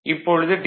இப்பொழுது டி